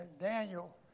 Daniel